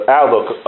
outlook